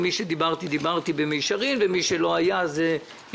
עם מי שהיה דיברתי במישרין, אל כל היתר התקשרתי.